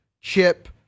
chip